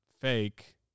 fake